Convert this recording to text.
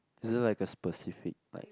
is just like a specific like